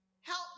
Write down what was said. help